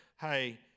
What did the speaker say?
Hey